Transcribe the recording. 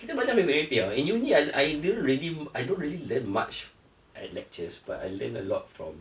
ya in in uni~ I I didn't really I don't really learn much at lectures but I learn a lot from